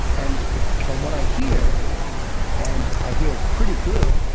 and from what i hear and i hear pretty good,